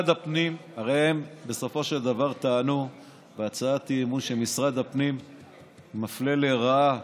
הרי הם בסופו של דבר טענו בהצעת האי-אמון שמשרד הפנים מפלה לרעה,